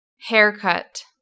haircut